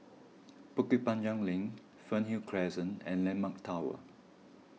Bukit Panjang Link Fernhill Crescent and Landmark Tower